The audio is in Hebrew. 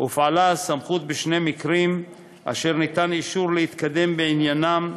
הופעלה הסמכות בשני מקרים אשר ניתן אישור להתקדם בעניינם,